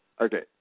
Okay